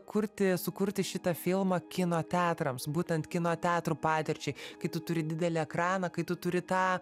kurti sukurti šitą filmą kino teatrams būtent kino teatrų patirčiai kai tu turi didelį ekraną kai tu turi tą